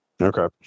Okay